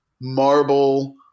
marble